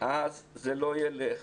אז זה לא ילך,